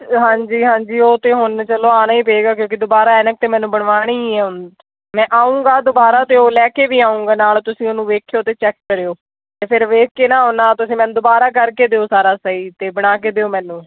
ਹਾਂਜੀ ਹਾਂਜੀ ਉਹ ਤਾਂ ਹੁਣ ਚਲੋ ਆਉਣਾ ਹੀ ਪਵੇਗਾ ਕਿਉਂਕਿ ਦੁਬਾਰਾ ਐਨਕ ਤਾਂ ਮੈਨੂੰ ਬਣਵਾਉਣੀ ਹੈ ਮੈਂ ਆਉਂਗਾ ਦੁਬਾਰਾ ਅਤੇ ਉਹ ਲੈ ਕੇ ਵੀ ਆਉਂਗਾ ਨਾਲ ਤੁਸੀਂ ਉਹਨੂੰ ਵੇਖਿਓ ਅਤੇ ਚੈੱਕ ਕਰਿਓ ਅਤੇ ਫਿਰ ਵੇਖ ਕੇ ਨਾ ਉਹ ਨਾ ਤੁਸੀੰ ਮੈਨੂੰ ਦੁਬਾਰਾ ਕਰਕੇ ਦਿਓ ਸਾਰਾ ਸਹੀ ਅਤੇ ਬਣਾ ਕੇ ਦਿਓ ਮੈਨੂੰ